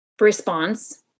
response